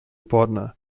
partner